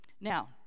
now